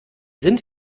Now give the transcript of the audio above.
sind